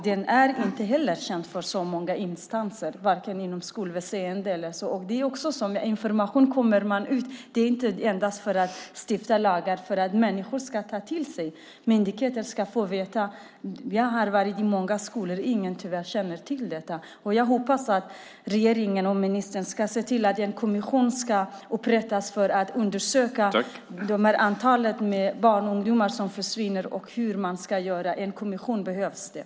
Den är inte heller känd för så många instanser, inom skolväsendet eller andra. Med information kommer man ut. Det handlar inte bara om att stifta lagar utan om att människor ska ta till sig det. Myndigheter ska få veta. Jag har varit i många skolor. Ingen känner tyvärr till detta. Jag hoppas att regeringen och ministern ska se till att en kommission upprättas för att man ska undersöka det antal barn och ungdomar som försvinner och hur man ska göra. Det behövs en kommission.